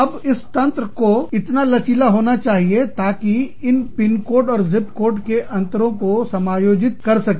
अब इस तंत्र को इतना लचीला होना चाहिए ताकि इन पिनकोड और जिपकोड के अंतरों को समायोजित कर सके